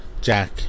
Jack